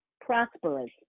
prosperous